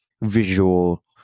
visual